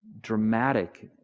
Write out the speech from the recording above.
dramatic